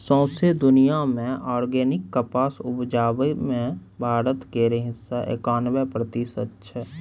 सौंसे दुनियाँ मे आर्गेनिक कपास उपजाबै मे भारत केर हिस्सा एकानबे प्रतिशत छै